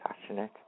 passionate